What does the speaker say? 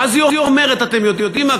ואז היא אומרת: אתם יודעים מה,